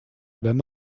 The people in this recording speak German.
wenn